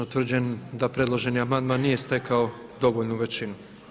Utvrđujem da predloženi amandman nije stekao dovoljnu većinu.